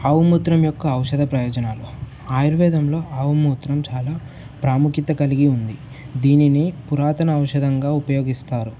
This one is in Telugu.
ఆవు మూత్రం యొక్క ఔషధ ప్రయోజనాలు ఆయుర్వేదంలో ఆవుమూత్రం చాలా ప్రాముఖ్యత కలిగి ఉంది దీని ని పురాతన ఔషధంగా ఉపయోగిస్తారు